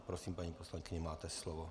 Prosím, paní poslankyně, máte slovo.